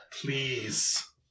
Please